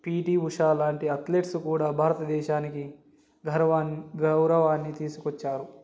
PT Usha లాంటి athletes కూడా భారతదేశానికి ఘర్వన్ గౌరవాన్ని తీసుకు వచ్చారు